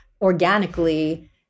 organically